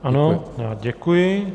Ano, děkuji.